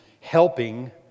Helping